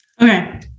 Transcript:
Okay